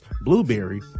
Blueberry